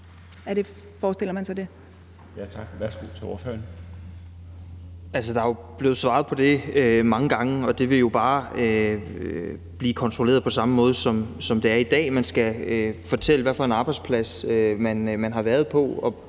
ordføreren. Kl. 12:16 Frederik Vad (S): Altså, der er blevet svaret på det mange gange. Det vil jo bare blive kontrolleret på samme måde, som det bliver i dag. Man skal fortælle, hvad for en arbejdsplads man har været på,